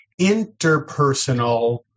interpersonal